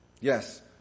Yes